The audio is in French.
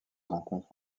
rencontre